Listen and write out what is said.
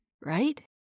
right